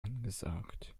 angesagt